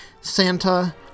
Santa